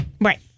Right